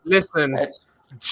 Listen